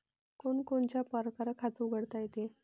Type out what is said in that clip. कोनच्या कोनच्या परकारं खात उघडता येते?